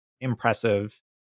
impressive